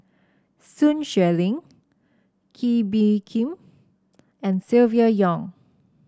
Sun Xueling Kee Bee Khim and Silvia Yong